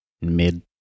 mid